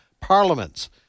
parliaments